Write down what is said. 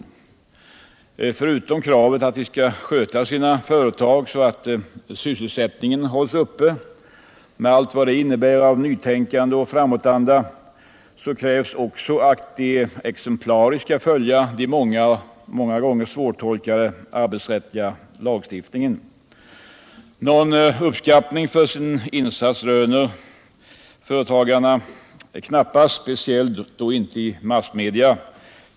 Förutom kravet att de skall sköta sina företag så att sysselsättningen hålls uppe, med allt vad det innebär av nytänkande och framåtanda, krävs att de exemplariskt skall följa den många gånger svårtolkade arbetsrättsliga lagstiftningen. Någon uppskattning för sin insats röner företagarna knappast, speciellt inte i massmedia.